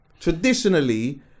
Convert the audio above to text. traditionally